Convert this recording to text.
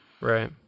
Right